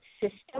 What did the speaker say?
system